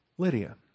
Lydia